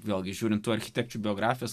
vėlgi žiūrint tų architekčių biografijos